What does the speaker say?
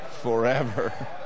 forever